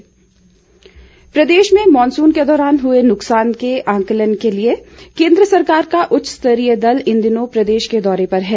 केन्द्रीय दल प्रदेश में मॉनसून के दौरान हुए नुकसान के आंकलन के लिए केन्द्र सरकार का उच्च स्तरीय दल इन दिनों प्रदेश के दौरे पर है